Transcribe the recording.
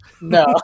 No